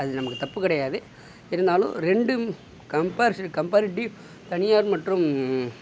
அது நமக்கு தப்புக் கிடையாது இருந்தாலும் ரெண்டும் கம்பேரிட்டிவ் தனியார் மற்றும்